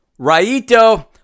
Raito